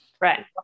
Right